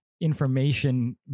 information